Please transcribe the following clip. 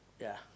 yeah